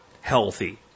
healthy